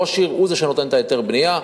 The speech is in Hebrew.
ראש עיר הוא זה שנותן את היתר הבנייה.